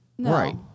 Right